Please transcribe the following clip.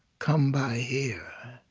come by here.